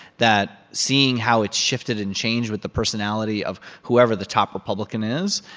that seeing how it's shifted and changed with the personality of whoever the top republican is.